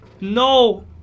no